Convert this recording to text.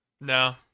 No